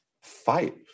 fight